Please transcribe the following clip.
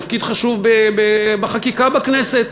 תפקיד חשוב בחקיקה בכנסת: